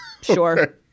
sure